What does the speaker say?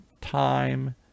time